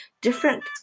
different